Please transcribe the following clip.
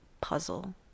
puzzle